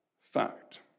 fact